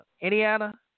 Indiana